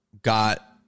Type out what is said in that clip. Got